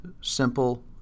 simple